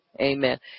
Amen